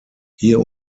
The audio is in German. hier